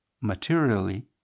materially